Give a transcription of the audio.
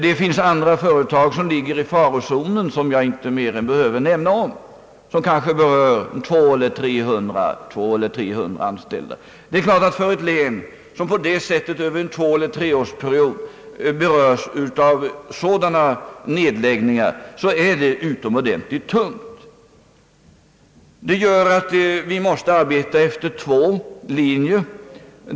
Det finns andra företag som ligger i farozonen, vilket kanske berör 200 eller 300 anställda. Det är klart att det är betungande för ett län att över en tvåeller treårsperiod beröras av sådana nedläggningar. Det gör att vi måste arbeta efter två linjer.